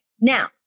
Now